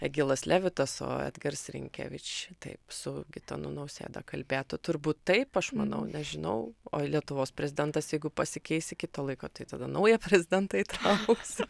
egilas levitas o edgars rinkevič taip su gitanu nausėda kalbėtų turbūt taip aš manau nežinau o jei lietuvos prezidentas jeigu pasikeis iki to laiko tai tada naują prezidentą įtrauksim